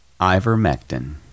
ivermectin